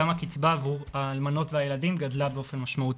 גם הקיצבה עבור האלמנות והילדים גדלה באופן משמעותי.